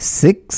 six